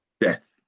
death